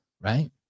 right